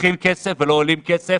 חוסכים כסף ולא עולים כסף?